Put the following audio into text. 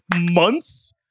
months